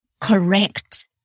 correct